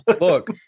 Look